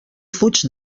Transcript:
fuig